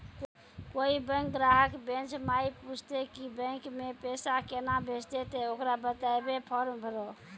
कोय बैंक ग्राहक बेंच माई पुछते की बैंक मे पेसा केना भेजेते ते ओकरा बताइबै फॉर्म भरो